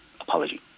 apology